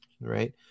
right